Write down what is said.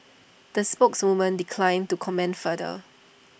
the spokeswoman declined to comment further